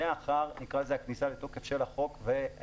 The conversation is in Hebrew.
מיליארד שקלים כדי להאיץ את החיבורים למפעלים.